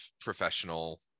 professional